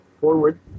forward